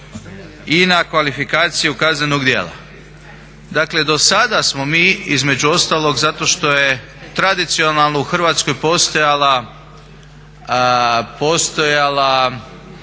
i na kvalifikaciju kaznenog djela. Dakle do sada smo mi između ostalog zato što je tradicionalno u Hrvatskoj postojala inflacija,